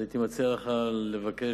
הייתי מציע לך לבקש,